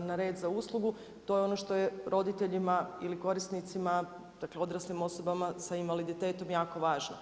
na red za uslugu, to je ono što je roditeljima ili korisnicima, dakle odraslim osobama sa invaliditetom jako važno.